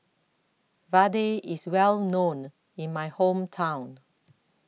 Vadai IS Well known in My Hometown